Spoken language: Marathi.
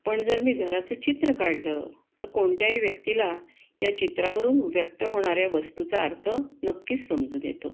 पण जर मी घराचं चित्र काढलं तर कोणत्याही व्यक्तीला या चित्रावरून व्यक्त होणाऱ्या वस्तूचा अर्थ नक्कीच समजून येतो